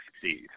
succeed